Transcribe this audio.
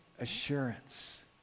assurance